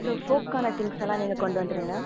so ஃபோக்கான things எல்லாம் நீங்கள் கொண்டு வந்துருங்க